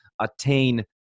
attain